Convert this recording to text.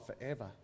forever